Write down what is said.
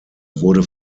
wurde